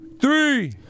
three